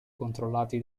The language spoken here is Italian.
controllati